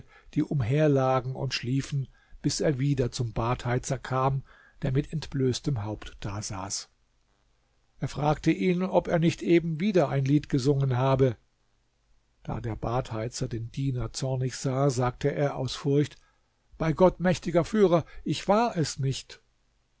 die umherlagen und schliefen bis er wieder zum badheizer kam der mit entblößtem haupt dasaß er fragte ihn ob er nicht eben wieder ein lied gesungen habe da der badheizer den diener zornig sah sagte er aus furcht bei gott mächtiger führer ich war es nicht